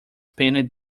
painted